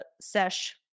sesh